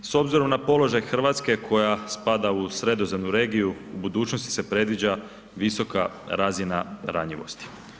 S obzirom na položaj Hrvatske koja spada u sredozemnu regiju u budućnosti se predviđa visoka razina ranjivosti.